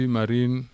Marine